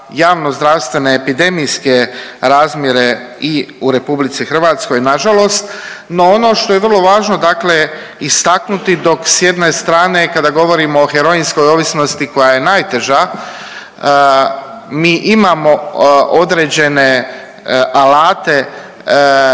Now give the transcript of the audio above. javno-zdravstvene epidemijske razmjere i u Republici Hrvatskoj na žalost. No, ono što je vrlo važno, dakle istaknuti dok s jedne strane kada govorimo o heroinskoj ovisnosti koja je najteža mi imamo određene alate,